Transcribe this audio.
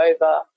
over